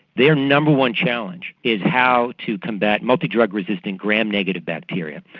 their number one challenge is how to combat multidrug resisting gram-negative bacteria.